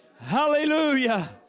Hallelujah